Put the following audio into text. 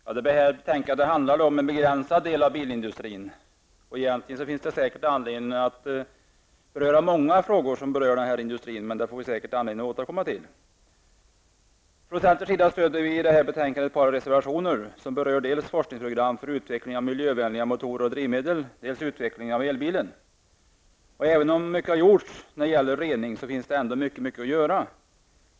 Herr talman! Betänkandet handlar om en begränsad del av bilindustrin. Det finns säkert anledning att beröra många frågor med anknytning till bilindustrin, men det får vi säkert anledning att återkomma till. Vi i centern stöder ett par reservationer i betänkandet som berör dels forskningsprogram för utveckling av miljövänliga motorer och drivmedel, dels utveckling av elbilen. Även om mycket har gjorts när det gäller rening finns det ändå mycket att göra.